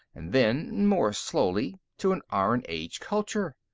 and then, more slowly, to an iron-age culture.